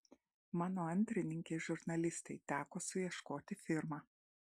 mano antrininkei žurnalistei teko suieškoti firmą